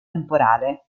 temporale